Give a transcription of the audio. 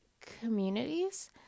communities